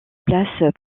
place